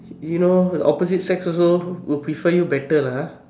you know opposite sex also will prefer you better lah